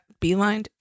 beeline